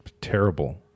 terrible